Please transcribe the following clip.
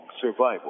survival